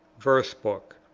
verse book